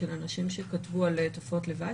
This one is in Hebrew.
של אנשים שכתבו על תופעות לוואי.